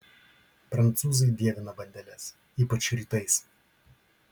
prancūzai dievina bandeles ypač rytais